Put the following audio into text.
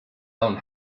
own